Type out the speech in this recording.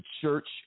church